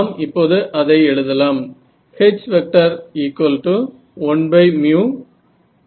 நாம் இப்போது அதை எழுதலாம்